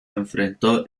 enfrentó